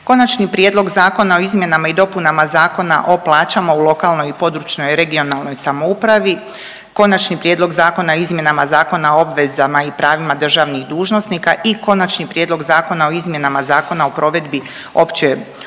Konačni prijedlog Zakona o izmjenama i dopunama Zakona o plaća u lokalnoj i područnoj i regionalnoj samoupravi, Konačni prijedlog Zakona o izmjenama Zakona o obvezama i pravima državnih dužnosnika i Konačni prijedlog Zakona o izmjeni Zakona o provedbi opće uredbe